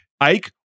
Ike